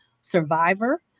survivor